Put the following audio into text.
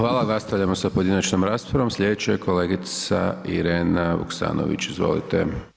Hvala, nastavljamo sa pojedinačnom raspravom, slijedeća je kolegica Irena Vuksanović, izvolite.